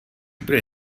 bude